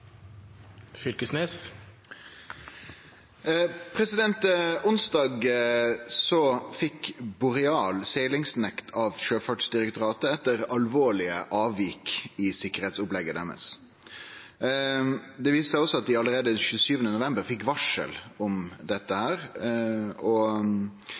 onsdag fekk Boreal seglingsnekt av Sjøfartsdirektoratet etter alvorlege avvik i sikkerheitsopplegget deira. Det viser seg også at dei allereie 27. november fekk varsel om dette, og